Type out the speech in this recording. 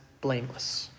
blameless